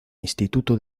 instituto